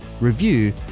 review